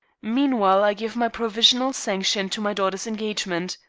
meanwhile, i give my provisional sanction to my daughter's engagement.